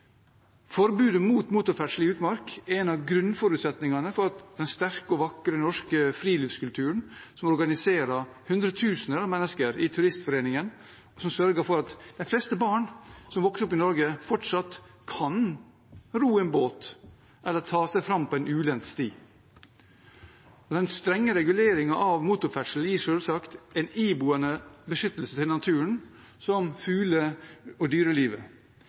Forbudet mot motorferdsel i utmark er en av grunnforutsetningene for den sterke og vakre norske friluftskulturen som organiserer hundretusener av mennesker i turistforeningen, og som sørger for at de fleste barn som vokser opp i Norge, fortsatt kan ro en båt eller ta seg fram på en ulendt sti. Den strenge reguleringen av motorferdsel gir selvsagt en iboende beskyttelse av naturen som fugle- og dyrelivet